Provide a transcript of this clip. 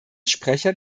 sprecher